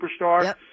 superstar